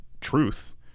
truth